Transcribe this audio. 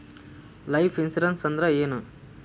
Life insurance ಅಂದ್ರ ಏನ?